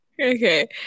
okay